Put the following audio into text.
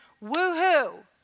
Woo-hoo